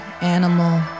animal